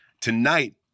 tonight